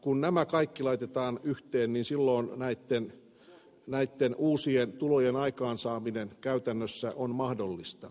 kun nämä kaikki laitetaan yhteen niin silloin näitten uusien tulojen aikaansaaminen on käytännössä mahdollista